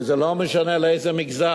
וזה לא משנה לאיזה מגזר.